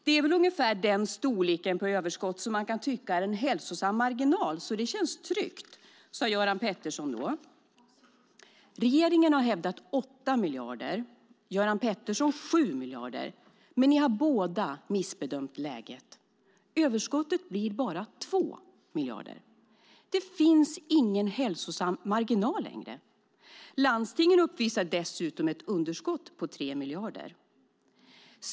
"Det är väl ungefär den storleken på överskott som man kan tycka är en hälsosam marginal, så det känns tryggt", sade Göran Pettersson då. Regeringen har hävdat 8 miljarder, Göran Pettersson 7 miljarder, men de har båda missbedömt läget. Överskottet blir bara 2 miljarder. Det finns ingen hälsosam marginal längre. Landstingen uppvisar dessutom ett underskott på 3 miljarder.